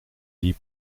lit